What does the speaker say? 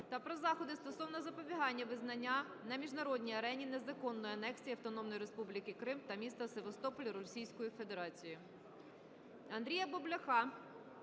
та про заходи стосовно запобігання визнанню на міжнародній арені незаконної анексії Автономної Республіки Крим та міста Севастополь Російською Федерацією.